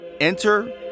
Enter